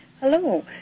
Hello